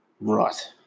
Right